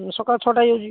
ସକାଳ ଛଅଟା ହେଇଯାଉଛି